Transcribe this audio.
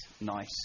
nice